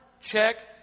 Check